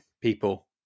people